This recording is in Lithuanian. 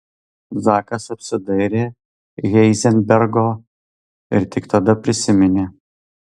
zakas apsidairė heizenbergo ir tik tada prisiminė